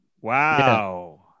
Wow